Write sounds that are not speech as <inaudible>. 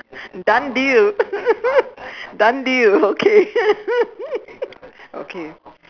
done deal <laughs> done deal okay <laughs> okay